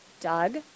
Doug